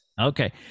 Okay